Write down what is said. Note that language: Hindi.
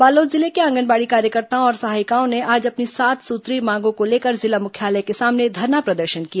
बालोद जिले के आंगनबाड़ी कार्यकर्ताओं और सहायिकाओं ने आज अपनी सात सूत्रीय मांगों को लेकर जिला मुख्यालय के सामने धरना प्रदर्शन किया